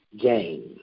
game